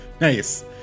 Nice